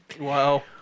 Wow